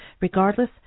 Regardless